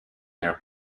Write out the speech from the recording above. near